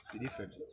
different